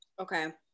okay